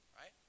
right